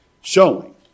showing